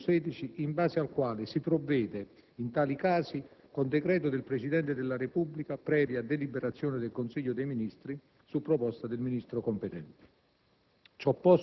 n. 616, in base al quale si provvede, in, tali casi, con decreto del Presidente della Repubblica, previa deliberazione del Consiglio dei ministri, su proposta del Ministro competente.